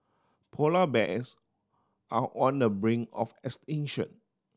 polar bears are on the brink of extinction